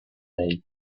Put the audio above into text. laid